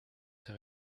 ses